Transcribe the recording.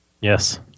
Yes